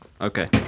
okay